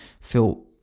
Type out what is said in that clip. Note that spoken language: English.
feel